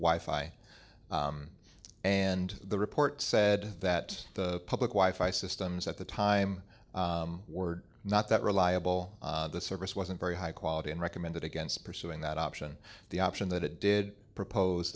i and the report said that the public wi fi systems at the time were not that reliable the service wasn't very high quality and recommended against pursuing that option the option that it did propose